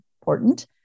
important